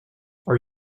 are